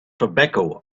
tobacco